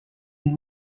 des